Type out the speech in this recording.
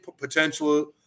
potential